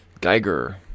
Geiger